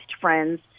friends